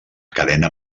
cadena